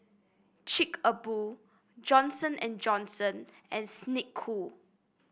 Chic A Boo Johnson And Johnson and Snek Ku